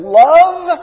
love